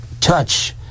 touch